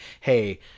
hey